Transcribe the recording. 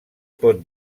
pot